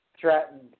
threatened